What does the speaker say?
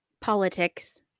politics